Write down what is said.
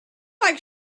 like